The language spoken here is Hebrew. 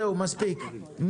זהו, מספיק.